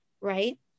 right